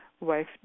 wife